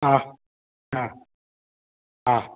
ആ ആ ആ